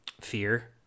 Fear